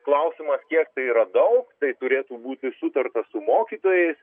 klausimas kiek tai yra daug tai turėtų būti sutarta su mokytojais